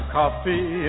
coffee